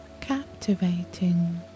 captivating